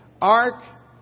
ark